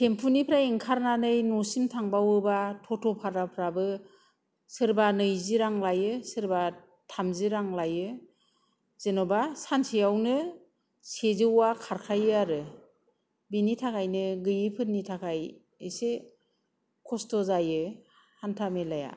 टेम्पुनिफ्राय ओंखारनानै न'सिम थांबावोबा टट' भाराफ्राबो सोरबा नैजि रां लायो सोरबा थामजि रां लायो जेन'बा सानसेयावनो सेजौवा खारखायो आरो बिनि थाखायनो गैयिफोरनि थाखाय एसे खस्त' जायो हान्था मेलाया